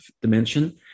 dimension